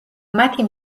მათი